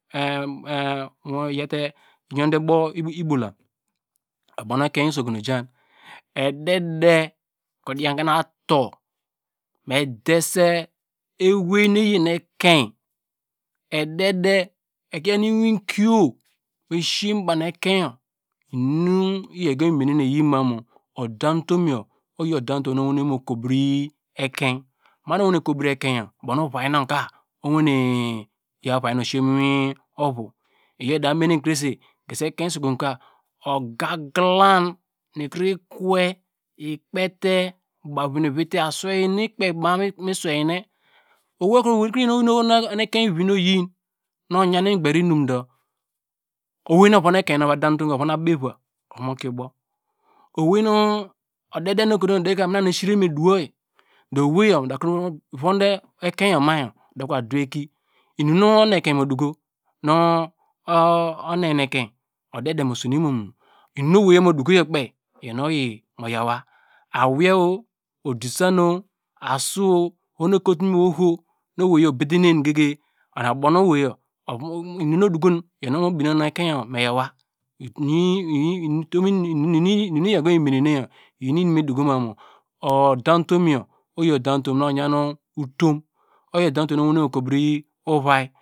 Edede ekro dian ke na atu me de se ewei nu eyi ene ekein. Edede akro yaw nu iwin kio me si se mu baw mu ekein yor inum nu iyor igo mi mene ne oyin ma mu, odam tum yor, oyi odam tum nu owene me kro bri ekein, man nu owene kro bri ekein yor, oyor ubow nu ovai nor ka owene si se mo ewei ovu, iyor ida me ne kre se, gesi ekein usokun ka oga glan. Nu kro ikwe ubavi nu oviti, aswei nu ikpe ma mu iswei ne owei omo umu ekein vivi nu oyin nu oyan imi gber inum du, owei nu ovon ekein na oya dan nutum ovon abeva ovon mokie abo mu, odede nu ekoto ma mu odede esiro me du woyi, owei yor ma okro von de ekein yor ma odo va du eki imum nu onu- oyan ekein mu duko nu odede mu sene imor, inum nu owei yor moduko yor kpei, iyor inum nu oyi mo yaw wa. Awei, odisanu, asuo, oho nu ekotum oho nu owei yor obede nen gegi ona ubo nu owei yor mu yaw wa inum nu iyor igomine nene nu yi ma mu odamtum yor oyi odam tum nu otum oyi odam tum nu owene mo kro bri ovai.